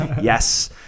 Yes